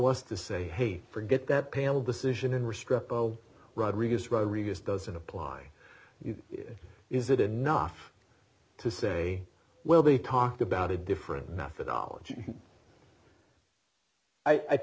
us to say hey forget that pale decision and restrict rodriguez rodriguez doesn't apply is it enough to say well they talked about a different methodology i